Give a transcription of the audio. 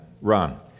Run